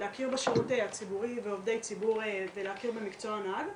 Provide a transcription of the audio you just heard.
להכיר בשירות הציבורי ובעובדי ציבור ולהכיר במקצוע הנהג.